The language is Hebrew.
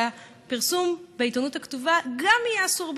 שהפרסום בעיתונות הכתובה גם יהיה אסור,